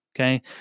Okay